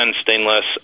stainless